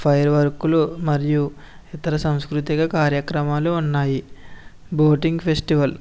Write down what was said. fire వర్కులు మరియు ఇతర సాంస్కృతిక కార్యక్రమాలు ఉన్నాయి బోటింగ్ ఫెస్టివల్